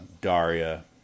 Daria